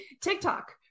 TikTok